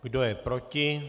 Kdo je proti?